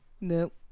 Nope